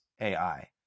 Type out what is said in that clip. AI